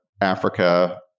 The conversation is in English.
Africa